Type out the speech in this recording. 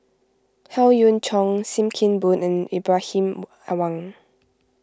Howe Yoon Chong Sim Kee Boon and Ibrahim Awang